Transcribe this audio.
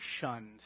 shunned